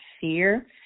fear